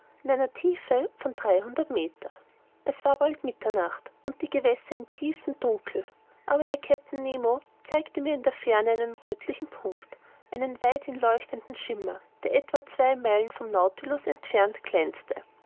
in einer tiefe von dreihundert meter es war bald mitternacht und die gewässer in tiefem dunkel aber der kapitän nemo zeigte mir in der ferne einen röthlichen punkt einen weithin leuchtenden schimmer der etwa zwei meilen vom nautilus entfernt glänzte